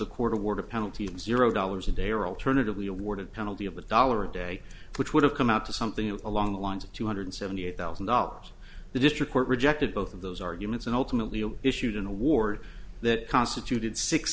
the court awarded penalty zero dollars a day or alternatively awarded penalty of a dollar a day which would have come out to something along the lines of two hundred seventy eight thousand dollars the district court rejected both of those arguments and ultimately issued an award that constituted six